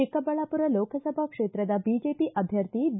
ಚಿಕ್ಕಬಳ್ಳಾಪುರ ಲೋಕಸಭಾ ಕ್ಷೇತ್ರದ ಬಿಜೆಪಿ ಅಭ್ವರ್ಥಿ ಬಿ